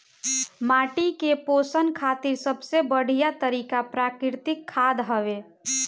माटी के पोषण खातिर सबसे बढ़िया तरिका प्राकृतिक खाद हवे